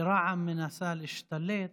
שרע"מ מנסה להשתלט